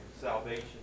salvation